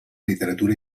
literatura